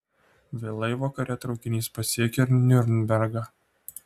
vėlai vakare traukinys pasiekia niurnbergą